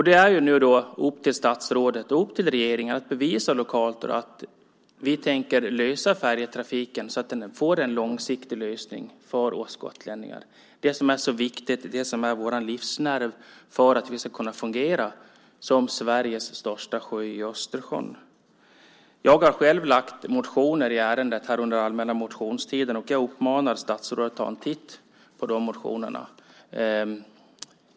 Det är nu upp till statsrådet och regeringen att bevisa lokalt att vi tänker se till att färjetrafiken får en långsiktig lösning för gotlänningarna - det som är så viktigt för oss gotlänningar, det som är vår livsnerv, för att vi ska kunna fungera som Sveriges största ö i Östersjön. Jag har själv väckt motioner i ärendet under allmänna motionstiden, och jag uppmanar statsrådet att ta en titt på de motionerna.